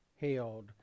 held